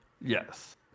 Yes